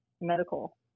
medical